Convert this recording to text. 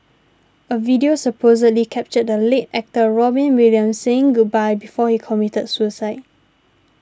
a video supposedly captured the late actor Robin Williams saying goodbye before he committed suicide